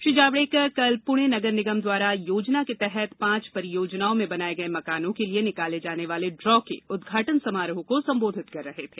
श्री जावडेकर कल पुणे नगर निगम द्वारा योजना के तहत पांच परियोजनाओं में बनाए गए मकानों के लिए निकाले जाने वाले ड्रॉ के उदघाटन समारोह को संबोधित कर रहे थे